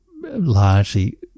Largely